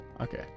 Okay